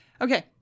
Okay